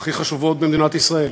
הכי חשובות במדינת ישראל.